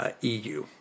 EU